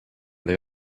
they